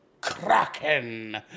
Kraken